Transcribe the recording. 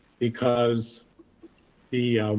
because the